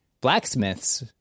blacksmiths